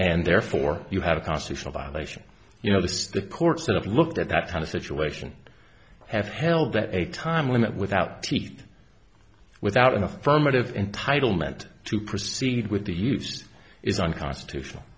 and therefore you have a constitutional violation you notice the ports that have looked at that kind of situation have held that a time limit without teeth without an affirmative entitlement to proceed with the use is unconstitutional